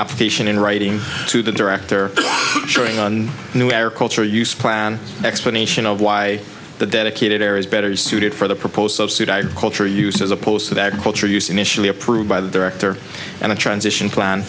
application in writing to the director showing on new air culture use plan explanation of why the dedicated air is better suited for the proposed subsidized culture use as opposed to the agriculture use initially approved by the director and the transition plan